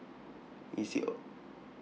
E_C